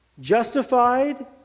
justified